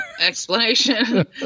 explanation